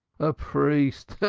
a priest,